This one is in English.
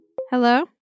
Hello